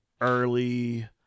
early